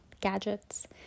gadgets